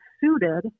suited